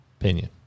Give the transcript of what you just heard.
opinion